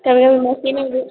कभी कभी मसीन में भी